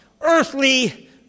earthly